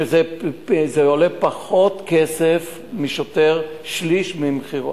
שזה עולה פחות כסף משוטר, שליש ממחירו.